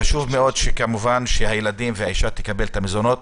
חשוב מאוד שהילדים והאישה יקבלו את המזונות.